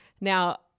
Now